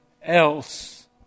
else